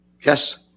Yes